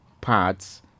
parts